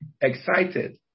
excited